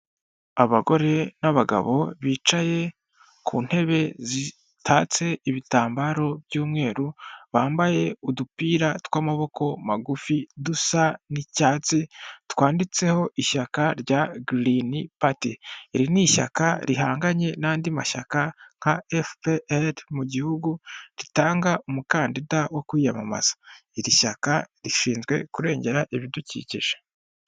Abagore n'abagabo bicaye ku ntebe zitatse ibitambaro by'umweru, bambaye udupira tw'amaboko magufi dusa n'icyatsi twanditseho ishyaka rya girini pati, iri ni ishyaka rihanganye n'andi mashyaka nka efuperi mu gihugu ritanga umukandida wo kwiyamamaza, iri shyaka rishinzwe kurengera ibidukikije.